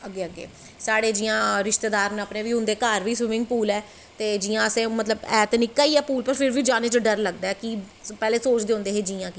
अग्गैं अग्गैं साढ़े जियां रिश्तेदार न उंदे घर बी स्विमिंग पूल ऐ ते मतलव जियां है ते निक्का ही ऐ पूल फिर बी जानें च डर लगदा ऐ कि पैह्लें सोचदे होंदे हे जियां कि